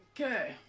okay